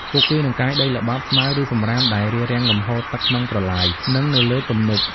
ពួកគេនឹងកាយដីល្បាប់ ស្មៅ ឬសំរាមដែលរារាំងលំហូរទឹកក្នុងប្រឡាយ និងនៅលើទំនប់។